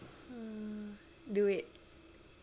hmm duit